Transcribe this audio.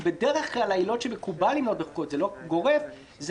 בדרך כלל עילות שמקובל למנות בחוקות זה לא גורף זה